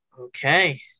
Okay